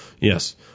Yes